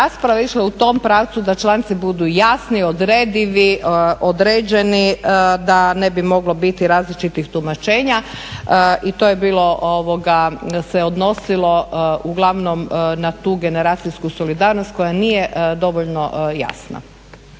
i to je bilo, se odnosilo uglavnom na tu generacijsku solidarnost koja nije dovoljno jasna.